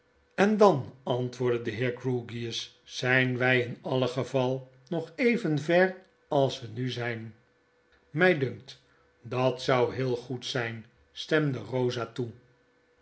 en dan antwoordde de heer grewgious zyn wij in alle geval nog even ver als we nu zyn h my dunkt dat zou heel goed zyn stemde eosa toe